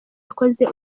yakoze